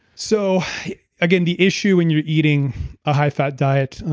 so again, the issue when you're eating a high fat diet,